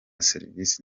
service